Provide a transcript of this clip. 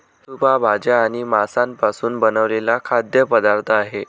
soup हा भाज्या आणि मांसापासून बनवलेला खाद्य पदार्थ आहे